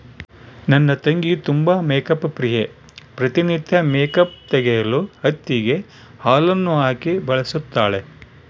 ನನ್ನ ತಂಗಿ ತುಂಬಾ ಮೇಕ್ಅಪ್ ಪ್ರಿಯೆ, ಪ್ರತಿ ನಿತ್ಯ ಮೇಕ್ಅಪ್ ತೆಗೆಯಲು ಹತ್ತಿಗೆ ಹಾಲನ್ನು ಹಾಕಿ ಬಳಸುತ್ತಾಳೆ